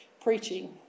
preaching